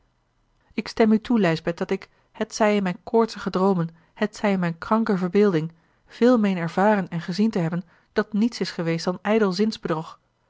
ik stem u toe lijsbeth dat ik hetzij in mijne koortsige droomen hetzij in mijne kranke verbeelding veel meen ervaren en gezien te hebben dat niets is geweest dan